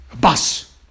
bus